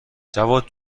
جواد